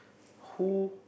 who